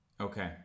Okay